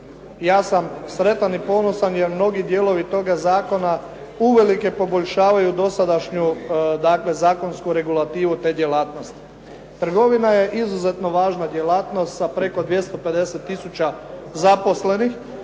ja sam sretan i ponosan jer mnogi dijelovi toga zakona uvelike poboljšavaju dosadašnju dakle, zakonsku regulativu te djelatnosti. Trgovina je izuzetno važna djelatnost sa preko 250 tisuća zaposlenih.